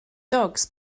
dogs